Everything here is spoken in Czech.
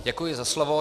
Děkuji za slovo.